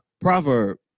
proverb